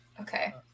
okay